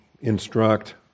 instruct